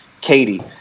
Katie